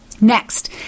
Next